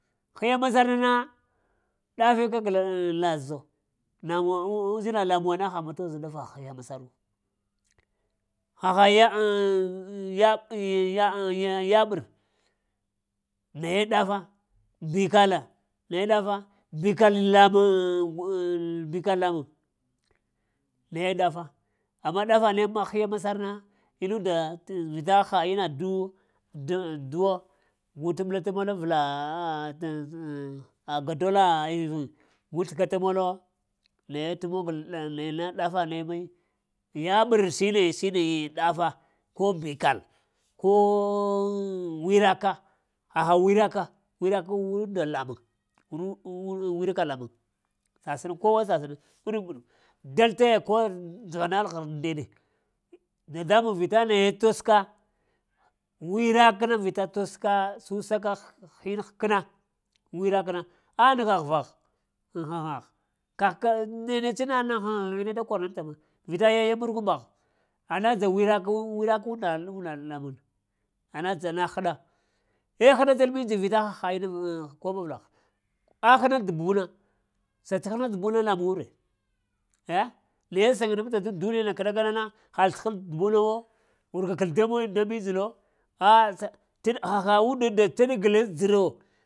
Hiya masarnana ɗafe keg la-zo, namuwa uzina lamuŋ na hamuwa toz dafa hiya masarwo, haha yaɓ yaɓar nay ɗafa mbikala naye ɗafa mbikal lamuŋ mbikal lamuŋ, naye dafa amma ɗafane ma hiya masarna munda tə vita ha inna duŋ duwo gol tə ɓalatamol avla kadola ivən gul sləgata molo naye təmogal nayana ɗafa ne meɗ, yaɓər, shine-shine ŋ ɗafa ko mbikal ko wiraka, haha wnaka, wirakəŋunda lamuŋ, wiraka lamun sasəna kowa səsəna guɗu-guɗu dal taya kor njighanal ghərdi ndeɗe dadambuŋ vita naye toska, wirak na vita toska, susəka hin həkna wirakna a nəgha ghəvagh, aŋ ghaŋgh kəghna netsa na ne da koanta ma vita yaya mur kun-mbgh, ana-dza wirak aŋ wir akun-nda inna lamuŋ na anadza ana həɗa eh həɗatal minji vita haha inna koɓ avlagh a haɗa tə buna səta həɗa tə buna lamuŋwu ree, eh ne səŋaɗabta daŋ duniyana kə ɗakana na həl tə həɗ tə bunawo wurka kəl daŋ minnji-lo ah, haha unda datə ɗəg aŋ dzəro.